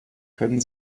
können